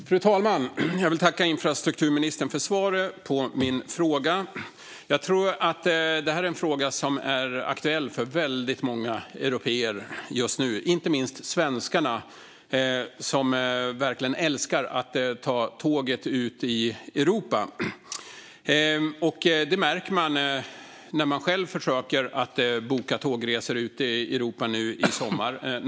Fru talman! Jag vill tacka infrastrukturministern för svaret på min fråga. Frågan är aktuell för väldigt många européer just nu, inte minst svenskarna som verkligen älskar att ta tåget ut i Europa. Det märker man när man själv försöker boka tågresor ut till Europa nu i sommar.